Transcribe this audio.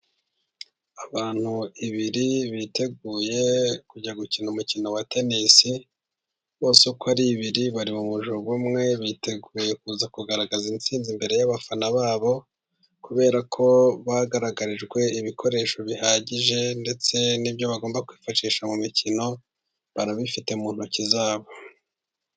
Abantu babiri biteguye kujya gukina umukino wa tenisi, bose uko ari babiri bari mu mujyo umwe, biteguye kuza kugaragaza intsinzi imbere y'abafana babo, kubera ko bagaragarijwe ibikoresho bihagije ndetse n'ibyo bagomba kwifashisha mu mikino bara bifite mu ntoki zabo.